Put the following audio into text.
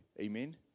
Amen